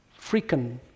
freaking